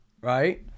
Right